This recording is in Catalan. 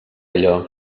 allò